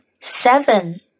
seven